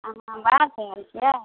हँ बाहर सऽ आयल छियै